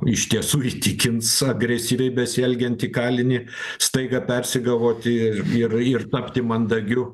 iš tiesų įtikins agresyviai besielgiantį kalinį staiga persigalvoti ir ir tapti mandagiu